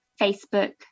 Facebook